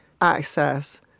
access